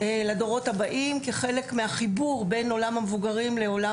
לדורות הבאים כחלק מהחיבור בין עולם המבוגרים לעולם